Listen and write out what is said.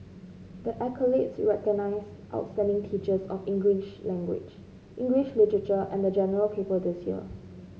the accolades recognise outstanding teachers of English language English literature and the General Paper this year